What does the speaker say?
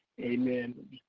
Amen